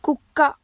కుక్క